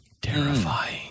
Terrifying